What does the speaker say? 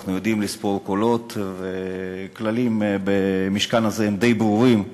אנחנו יודעים לספור קולות והכללים במשכן הזה הם די ברורים.